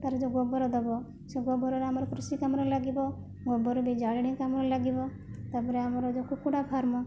ତା'ର ଯେଉଁ ଗୋବର ଦେବ ସେ ଗୋବରରେ ଆମର କୃଷି କାମରେ ଲାଗିବ ଗୋବର ବି ଜାଳେଣି କାମରେ ଲାଗିବ ତା'ପରେ ଆମର ଯେଉଁ କୁକୁଡ଼ା ଫାର୍ମ